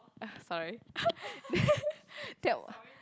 sorry then that